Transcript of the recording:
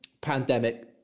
pandemic